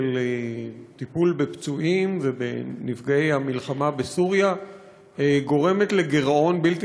של טיפול בפצועים ובנפגעי המלחמה בסוריה גורמת לגירעון בלתי